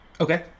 Okay